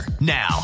Now